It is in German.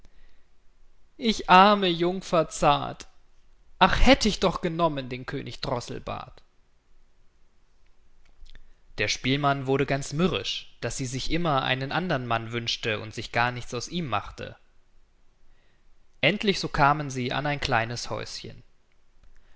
ich arme jungfer zart ach hätt ich doch genommen den könig droßelbart der spielmann wurde ganz mürrisch daß sie sich immer einen andern mann wünschte und sich gar nichts aus ihm machte endlich so kamen sie an ein kleines häuschen